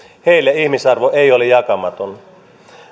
heille ihmisarvo ei ole jakamaton